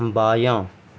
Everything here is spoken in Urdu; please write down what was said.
بایاں